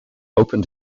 open